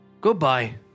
Goodbye